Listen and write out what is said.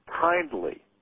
kindly